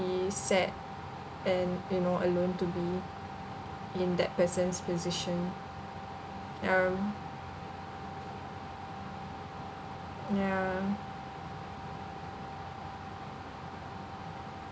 be sad and you know alone to be in that person's position um ya